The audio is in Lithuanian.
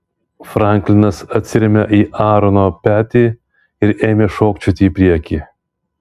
franklinas atsirėmė į aarono petį ir ėmė šokčioti į priekį